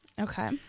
Okay